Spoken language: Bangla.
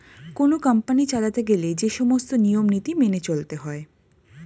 কোন কোম্পানি চালাতে গেলে যে সমস্ত নিয়ম নীতি মেনে চলতে হয়